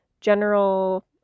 general